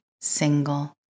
single